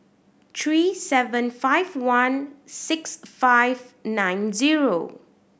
three seven five one six five nine zero